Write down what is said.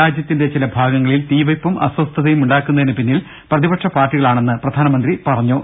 രാജ്യത്തിന്റെ ചില ഭാഗങ്ങളിൽ തീവെപ്പും അസ്വസ്ഥതയും ഉണ്ടാ ക്കുന്നതിനു പിന്നിൽ പ്രതിപക്ഷ പാർട്ടികളാണെന്ന് പ്രധാനമന്ത്രി പറഞ്ഞു